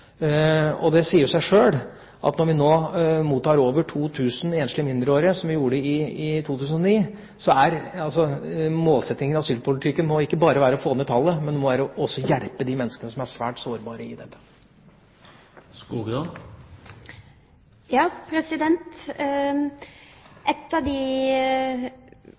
Det sier seg sjøl at når vi mottar over 2 000 enslige mindreårige asylsøkere, som vi gjorde i 2009, så må målsettingen i asylpolitikken ikke bare være å få ned tallet, men også å hjelpe de menneskene som er svært sårbare i dette. En av de